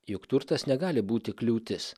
juk turtas negali būti kliūtis